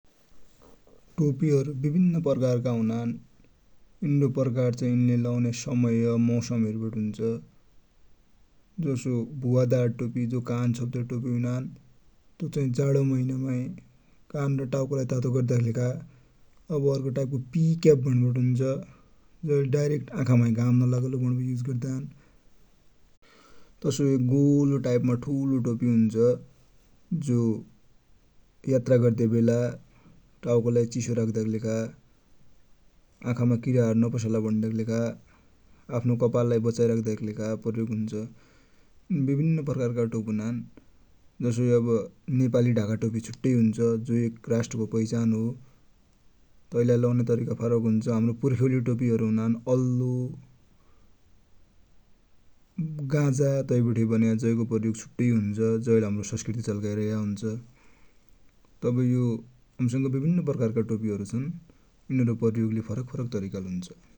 टोपिहरु बिभिन्न प्रकारका हुनान। इनरो प्रकारचाइ इन्ले लगौने समय, मौसम हेर्बटी हुन्छ। जसो भुवादार टोपि जो कान छोप्दया टोपि हुनान, तो चाइ जाडो महिनामाइ कान र टाउको तातो गर्दा कि, अब अर्को टाइप को पि क्याप भन्बटि हुन्छ, जो डाइरेक्ट आखा माइ घाम नलागलो भन्बटी युज गर्दान। तसोइ गोलो टाइप माइ ठुलो टोपि हुन्छ जो यात्रा गर्ने बेला टाउको लाइ चिसो राख्दाकिलेखा, आखा मा किरा हरु नपसला भन्दाकि लेखा, आफ्नो कपाल लाइ बचाइराख्दा कि लेखा प्रयोग हुन्छ। बिभिन्न्न प्रकारका टोपि हुनान जसो अब नेपालि ढाका टोपि छुट्टै हुन्छ जो एक रास्ट्र को पहिचान हो। तै लाइ लाउने तरिका फरक हुन्छ। हम्रो पुर्खेउलि टोपि हरु हुनान, अल्लो, गाजा बठे बनेका जै को प्रयोग छुट्टै हुन्छ, जै ले हमरो संस्कृति झ्ल्काएको हुन्छ। तब हामि सङ बिभिन्न प्रकारका टोपि हरु छन, यिनरो प्रयोग ले फरकफरक तरिकाले हुन्छ ।